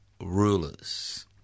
rulers